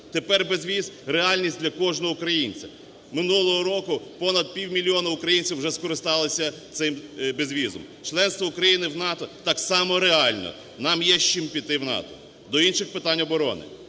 Тепер безвіз – реальність для кожного українця. Минулого року понад півмільйона українців вже скористалися цим безвізом. Членство України в НАТО так само реально, нам є з чим піти в НАТО. До інших питань оборони.